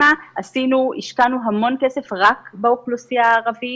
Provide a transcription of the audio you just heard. השקענו המון כסף רק באוכלוסייה הערבית.